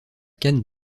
canne